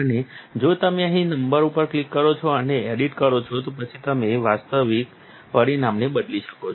અને જો તમે અહીં નંબર ઉપર ક્લિક કરો અને એડિટ કરો તો પછી તમે વાસ્તવિક પરિમાણોને બદલી શકો છો